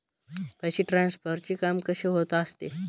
पैसे ट्रान्सफरचे काम कसे होत असते?